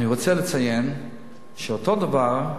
אני רוצה לציין שאותו דבר,